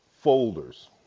folders